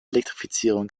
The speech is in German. elektrifizierung